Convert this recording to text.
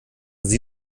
sie